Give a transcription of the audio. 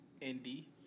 Indy